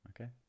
Okay